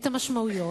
את המשמעויות.